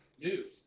News